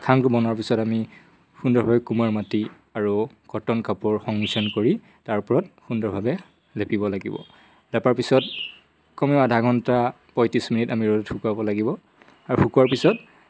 খাংটো বনোৱাৰ পিছত আমি সুন্দৰভাৱে কুমাৰ মাটি আৰু কটন কাপোৰ সংমিশ্ৰণ কৰি তাৰ ওপৰত সুন্দৰভাৱে লেপিব লাগিব লেপাৰ পিছত কমেও আধা ঘণ্টা পঁয়ত্ৰিছ মিনিট আমি ৰ'দত শুকুৱাব লাগিব আৰু শুকোৱাৰ পিছত